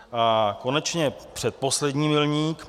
A konečně předposlední milník.